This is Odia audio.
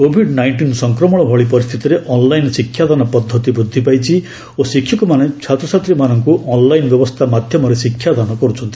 କୋଭିଡ୍ ନାଇଷ୍ଟିନ୍ ସଂକ୍ରମଣ ଭଳି ପରିସ୍ଥିତିରେ ଅନ୍ଲାଇନ୍ ଶିକ୍ଷାଦାନ ପଦ୍ଧତି ବୃଦ୍ଧି ପାଇଛି ଓ ଶିକ୍ଷକମାନେ ଛାତ୍ରଛାତ୍ରୀମାନଙ୍କୁ ଅନ୍ଲାଇନ୍ ବ୍ୟବସ୍ଥା ମାଧ୍ୟମରେ ଶିକ୍ଷାଦାନ କରୁଛନ୍ତି